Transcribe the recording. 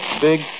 big